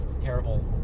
terrible